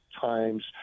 times